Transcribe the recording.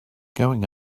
going